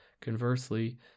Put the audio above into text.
Conversely